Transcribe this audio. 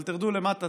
אבל תרדו למטה,